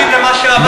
תקשיב למה שאמרתי,